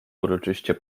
uroczyście